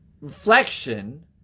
reflection